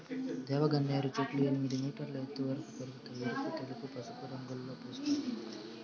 దేవగన్నేరు చెట్లు ఎనిమిది మీటర్ల ఎత్తు వరకు పెరగుతాయి, ఎరుపు, తెలుపు, పసుపు రంగులలో పూస్తాయి